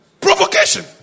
Provocation